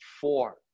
four